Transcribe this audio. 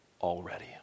already